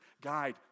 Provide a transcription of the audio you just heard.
guide